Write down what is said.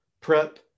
prep